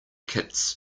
kits